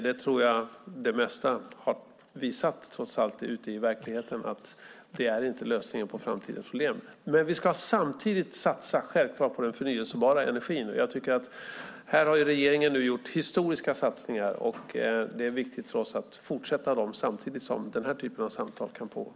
Det mesta ute i verkligheten har trots allt visat att det inte är lösningen på framtidens problem. Samtidigt ska man självklart satsa på den förnybara energin. Här har regeringen nu gjort historiska satsningar. Det är viktigt för oss att fortsätta dem samtidigt som den här typen av samtal kan pågå.